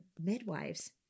midwives